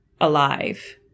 alive